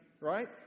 right